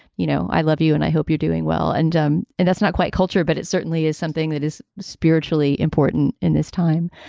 you know, i love you and i hope you're doing well. and um and that's not quite culture, but it certainly is something that is spiritually important in this time.